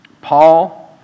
Paul